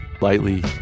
lightly